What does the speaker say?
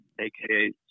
aka